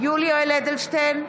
יולי יואל אדלשטיין,